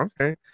okay